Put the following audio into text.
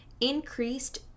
increased